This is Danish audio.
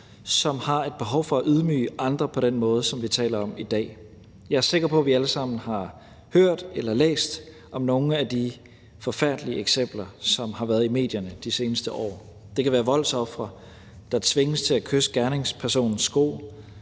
som har et behov for at ydmyge andre på den måde, som vi taler om i dag. Jeg er sikker på, at vi alle sammen har hørt eller læst om nogle af de forfærdelige eksempler, som har været i medierne de seneste år. Det kan være voldsofre, der tvinges til at kysse gerningspersonens sko,